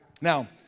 Now